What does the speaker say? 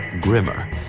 grimmer